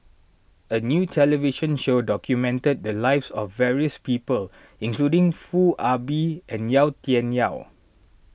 a new television show documented the lives of various people including Foo Ah Bee and Yau Tian Yau